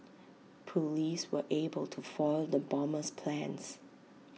Police were able to foil the bomber's plans